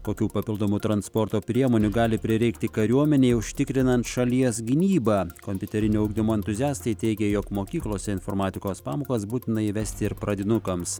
kokių papildomų transporto priemonių gali prireikti kariuomenei užtikrinant šalies gynybą kompiuterinio ugdymo entuziastai teigė jog mokyklose informatikos pamokos būtina įvesti ir pradinukams